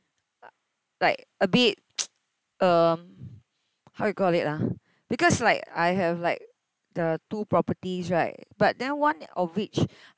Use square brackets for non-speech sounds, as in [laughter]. like a bit [noise] um how you call it ah because like I have like the two properties right but then one of which